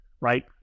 right